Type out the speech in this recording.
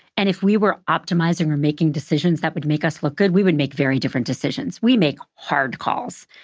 and if we were optimizing or making decisions that would make us look good, we would make very different decisions. we make hard calls.